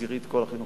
תסגרי את כל החינוך?